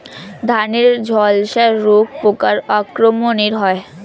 ধানের ঝলসা রোগ পোকার আক্রমণে হয়?